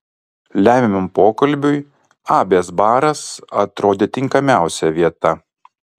lemiamam pokalbiui abės baras atrodė tinkamiausia vieta